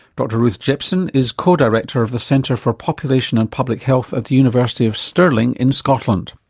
dr ruth jepson is co-director of the centre for population and public health at the university of stirling in scotland.